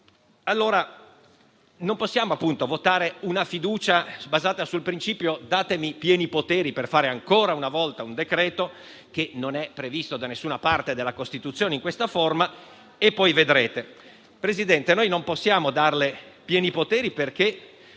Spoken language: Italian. Non possiamo quindi votare una fiducia basata sul seguente principio: datemi pieni poteri per fare ancora una volta un decreto, che non è previsto da nessuna parte della Costituzione in questa forma, e poi vedrete. Signor Presidente del Consiglio, non possiamo darle pieni poteri, perché